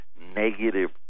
negative